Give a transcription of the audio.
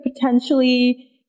potentially